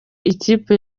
ikipe